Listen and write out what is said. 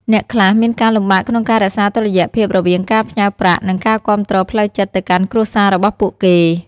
អ្នកខ្លះមានការលំបាកក្នុងការរក្សាតុល្យភាពរវាងការផ្ញើប្រាក់ និងការគាំទ្រផ្លូវចិត្តទៅកាន់គ្រួសាររបស់ពួកគេ។